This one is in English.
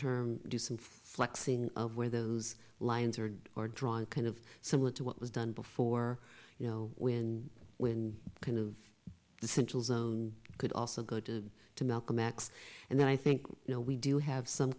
term do some flexing of where those lines are are drawn kind of similar to what was done before you know when when kind of the central zone could also go to to malcolm x and then i think you know we do have some